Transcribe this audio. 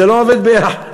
זה לא עובד ביחד.